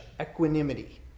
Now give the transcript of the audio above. equanimity